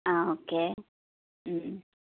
okay